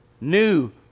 new